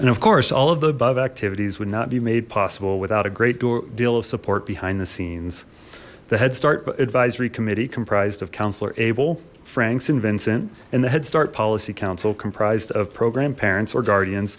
and of course all of the above activities would not be made possible without a great deal of support behind the scenes the head start but advisory committee comprised of counselor abel franks and vincent and the head start policy council comprised of program parents or guardian